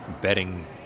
betting